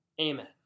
Amen